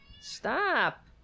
Stop